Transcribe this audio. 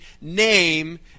name